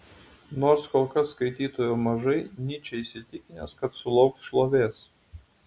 nors kol kas skaitytojų mažai nyčė įsitikinęs kad sulauks šlovės